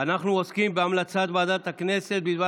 אנחנו עוסקים בהמלצת ועדת הכנסת בדבר